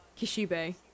Kishibe